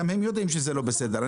גם הם יודעים שזה לא בסדר.